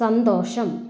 സന്തോഷം